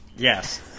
Yes